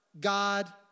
God